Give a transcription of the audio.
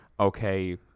okay